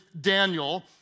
Daniel